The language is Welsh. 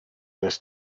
nes